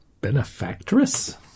Benefactress